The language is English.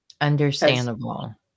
Understandable